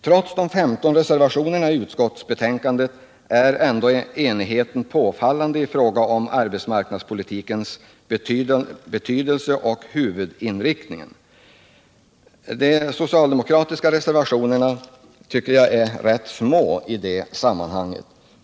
Trots de 15 reservationerna i utskottsbetänkandet är ändå enigheten påfallande i fråga om arbetsmarknadspolitikens betydelse och huvudinriktning. De socialdemokratiska reservationerna tycker jag är ganska små.